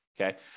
Okay